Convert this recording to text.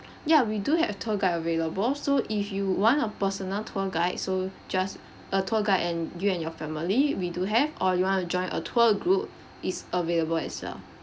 ya we do have tour guide available so if you want a personal tour guide so just a tour guide and you and your family we do have or you want to join a tour group is available as well